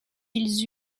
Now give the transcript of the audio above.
ils